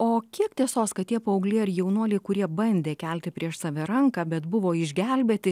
o kiek tiesos kad tie paaugliai ar jaunuoliai kurie bandė kelti prieš save ranką bet buvo išgelbėti